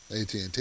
AT&T